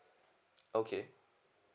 okay